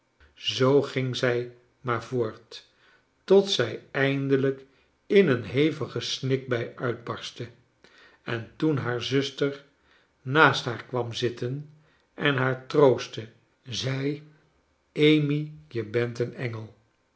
zoo ging zij maar voort tot zij eindelijk in een hevige snikbui uitbarstte en toen haar zuster naast haar kwam zitten en haar troostte zei amy je bent een engel